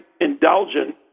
indulgent